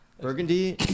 Burgundy